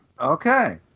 Okay